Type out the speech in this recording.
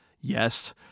Yes